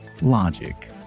logic